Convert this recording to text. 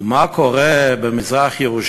ומה קורה במזרח-ירושלים?